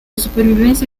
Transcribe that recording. supervivencia